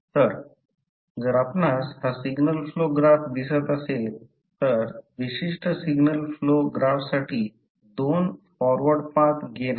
तर जर आपणास हा सिग्नल फ्लो ग्राफ दिसत असेल तर विशिष्ट सिग्नल फ्लो ग्राफसाठी 2 फॉरवर्ड पाथ गेन आहेत